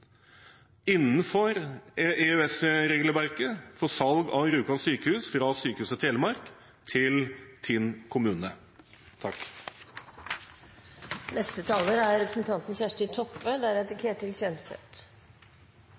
innenfor EØS-regelverket for salg av Rjukan sykehus fra Sykehuset Telemark til Tinn kommune.